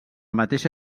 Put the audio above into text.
mateixa